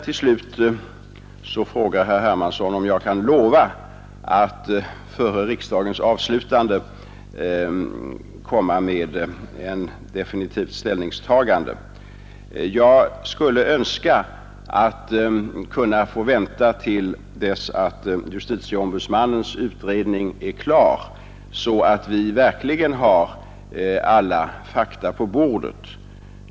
Till slut frågade herr Hermansson om jag kan lova att före vårriksdagens avslutande redovisa ett definitivt ställningstagande. Jag skulle önska att få vänta till dess justitieombudsmannens utredning är klar så att vi verkligen har alla fakta på bordet.